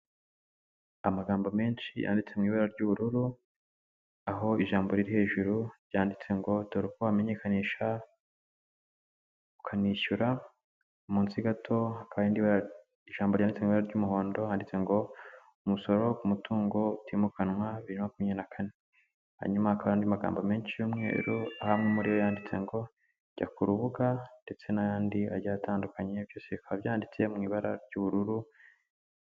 Amagambo menshi yanditse mu ibara ry'ubururu, aho ijambo riri hejuru ryanditse ngo dore uko wamenyekanisha, ukanishyura munsi gato haka ijambo ryanditse mu ibara ry'umuhondo handitse ngo umusoro ku mutungo utimukanwa bibiri na makumyabiri na kane hanyuma hakaba hari andi magambo menshi y'umweru amwe muri yo yanditse ngo jya ku rubuga ndetse n'ayandi agiye atandukanye byose byanditse mu ibara ry'ubururu.